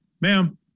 Ma'am